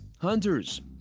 Hunters